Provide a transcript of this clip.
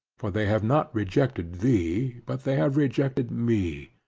for they have not rejected thee, but they have rejected me,